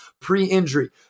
pre-injury